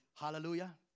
Hallelujah